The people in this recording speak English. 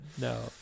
no